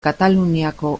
kataluniako